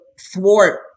thwart